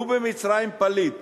במצרים הוא פליט.